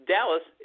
Dallas